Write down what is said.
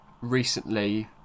recently